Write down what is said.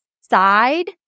side